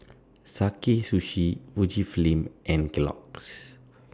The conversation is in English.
Sakae Sushi Fujifilm and Kellogg's